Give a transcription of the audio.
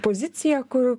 poziciją kur